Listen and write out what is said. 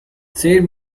ser